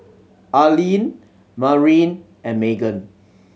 Allean Marin and Magen